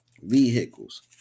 vehicles